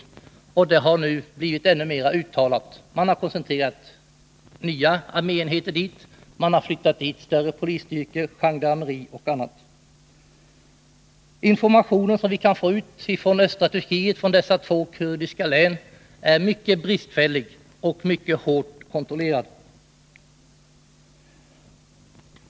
Denna koncentration har nu blivit ännu mer uttalad. Nya arméenheter, större polisstyrkor, gendarmeri och annat har flyttats dit. Den information som vi kan få ut från dessa två kurdiska län i östra Turkiet är mycket bristfällig och hårt kontrollerad.